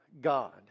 God